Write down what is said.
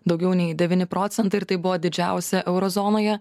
daugiau nei devyni procentai ir tai buvo didžiausia euro zonoje